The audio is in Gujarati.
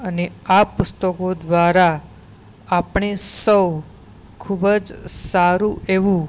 અને આ પુસ્તકો દ્વારા આપણે સૌ ખૂબ જ સારું એવું